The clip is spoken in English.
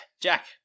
Jack